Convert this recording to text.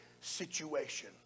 situation